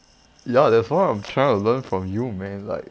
ya that's why I'm trying to learn from you man like